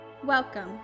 welcome